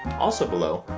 also below,